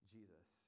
Jesus